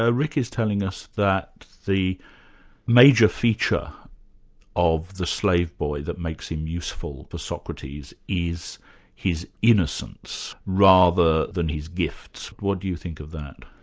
ah rick is telling us that the major feature of the slave boy that makes him useful for socrates is his innocence, rather than his gifts. what do you think of that?